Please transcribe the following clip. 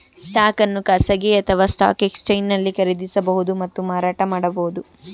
stock ಅನ್ನು ಖಾಸಗಿ ಅಥವಾ ಸ್ಟಾಕ್ ಎಕ್ಸ್ಚೇಂಜ್ನಲ್ಲಿ ಖರೀದಿಸಬಹುದು ಮತ್ತು ಮಾರಾಟ ಮಾಡಬಹುದು